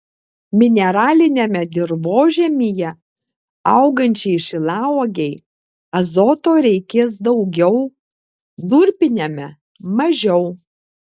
mineraliniame dirvožemyje augančiai šilauogei azoto reikės daugiau durpiniame mažiau